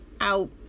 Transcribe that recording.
out